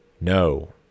no